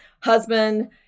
husband